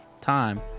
time